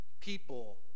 people